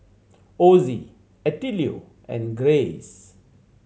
Ossie Attilio and Grayce